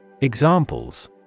Examples